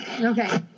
Okay